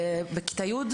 בכיתה י',